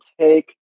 take